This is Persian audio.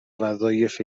وظایف